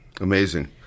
Amazing